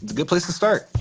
good place to start.